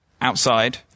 outside